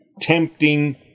tempting